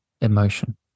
emotion